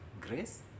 grace